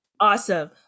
Awesome